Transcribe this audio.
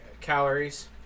calories